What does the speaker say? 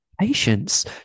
Patience